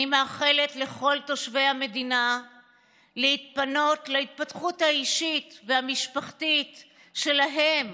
אני מאחלת לכל תושבי המדינה להתפנות להתפתחות האישית והמשפחתית שלהם